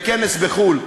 בכנס בחו"ל,